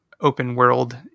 open-world